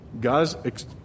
God's